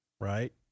Right